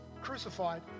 crucified